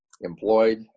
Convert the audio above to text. employed